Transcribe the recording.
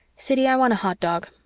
siddy, i want a hot dog.